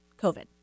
COVID